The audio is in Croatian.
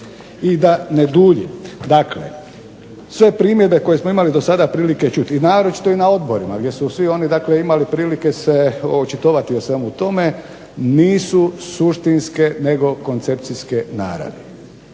I da ne duljim, dakle, sve primjedbe koje smo imali do sada prilike čuti, naročito na odborima gdje su svi imali prilike se očitovati o svemu tome nisu suštinske nego koncepcijske naravi.